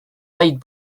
light